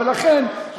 תודה רבה, אדוני.